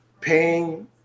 paying